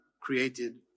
created